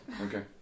Okay